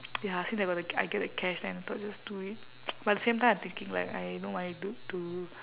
ya since I got the I get the cash then I thought just do it but at the same time I thinking like I no money d~ to